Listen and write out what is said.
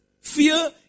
Fear